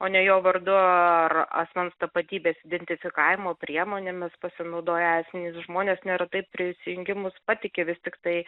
o ne jo vardu ar asmens tapatybės identifikavimo priemonėmis pasinaudoję asmenys žmonės neretai prisijungimus patiki vis tiktai